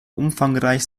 umfangreich